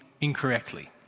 incorrectly